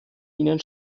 ihnen